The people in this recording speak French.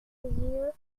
yeux